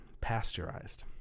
Pasteurized